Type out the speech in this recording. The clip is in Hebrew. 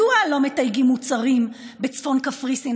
מדוע לא מתייגים מוצרים בצפון קפריסין,